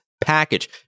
package